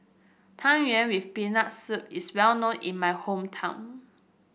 Tang Yuen with Peanut Soup is well known in my hometown